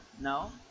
No